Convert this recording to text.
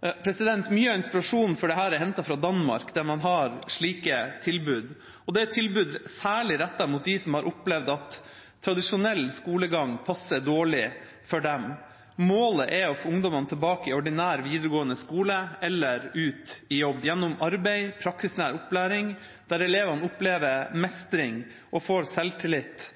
Mye av inspirasjonen for dette er hentet fra Danmark, der man har slike tilbud, og det er tilbud særlig rettet mot dem som har opplevd at tradisjonell skolegang passer dårlig for dem. Målet er å få ungdommene tilbake i ordinær videregående skole eller ut i jobb, gjennom arbeid, praksisnær opplæring, der elevene opplever mestring og får selvtillit